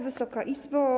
Wysoka Izbo!